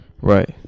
right